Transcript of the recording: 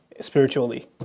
spiritually